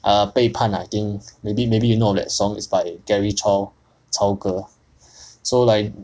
err 背叛 lah I think maybe maybe you know that song is by gary chaw 曹格 so like